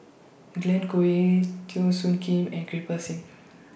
Glen Goei Teo Soon Kim and Kirpal Singh